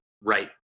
right